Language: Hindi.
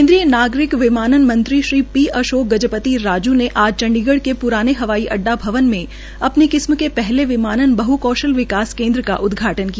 केन्द्रीय नागरिक विमानन मंत्री श्री पी अशोक अरोड़ गजपति राजू ने आज चंडीगढ़ के प्राने हवाई अड्डा भवन में अपनी किसम के पहले बह कौशल विकास केन्द का उदघाटन किया